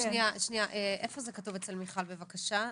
שנייה, איפה זה כתוב אצל מיכל בבקשה?